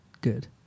Good